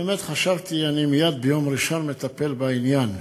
באמת חשבתי שאני מייד ביום ראשון אטפל בעניין.